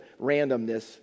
randomness